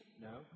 no